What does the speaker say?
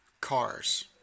cars